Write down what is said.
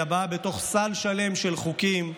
אלא באה בתוך סל שלם של חוקים,